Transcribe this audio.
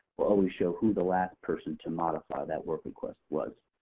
will always show who the last person to modify that work request was.